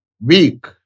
weak